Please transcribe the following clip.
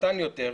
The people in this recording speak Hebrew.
קטן יותר,